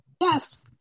Yes